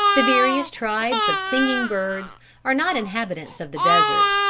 the various tribes of singing birds are not inhabitants of the desert.